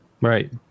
Right